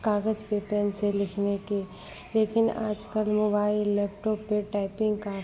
कागज़ पर पेन से लिखने के लेकिन आजकल मोबाइल लैपटॉप पर टइपिंग का